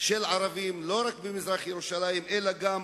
של ערבים, לא רק במזרח-ירושלים, אלא גם